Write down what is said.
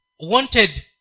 wanted